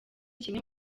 kimwe